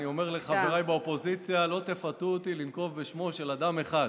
אני אומר לחבריי באופוזיציה: לא תפתו אותי לנקוב בשמו של אדם אחד.